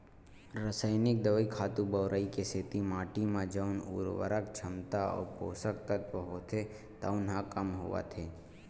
रसइनिक दवई, खातू बउरई के सेती माटी म जउन उरवरक छमता अउ पोसक तत्व होथे तउन ह कम होवत हे